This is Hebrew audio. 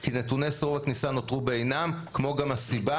כי נתוני איסור הכניסה נותרו בעינם כמו גם הסיבה,